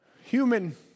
human